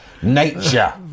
Nature